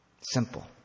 Simple